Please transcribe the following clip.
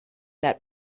that